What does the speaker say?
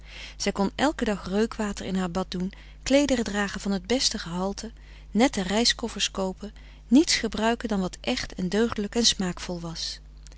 zij kon elken dag reukwater in haar bad doen kleederen dragen van t beste gehalte nette reiskoffers koopen niets gebruiken dan wat echt en deugdelijk en smaakvol was